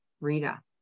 Rita